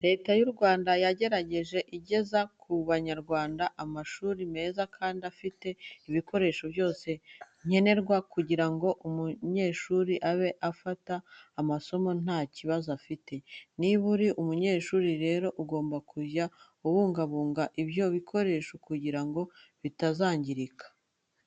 Leta y'u Rwanda yaragerageje igeza ku Banyarwanda amashuri meza kandi afite ibikoresho byose nkenerwa kugira ngo umunyeshuri abe yafata amasomo nta kibazo afite. Niba uri umunyeshuri rero ugomba kujya ubungabunga ibyo bikoresho kugira ngo bitazangirika.